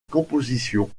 composition